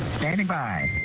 the by.